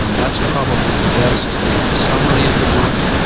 um that's probably the best summary of the work.